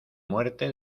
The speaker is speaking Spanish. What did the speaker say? muerte